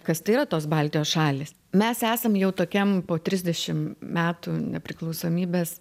kas tai yra tos baltijos šalys mes esam jau tokiam po trisdešim metų nepriklausomybės